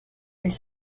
elle